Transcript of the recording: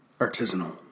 Artisanal